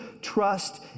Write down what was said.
trust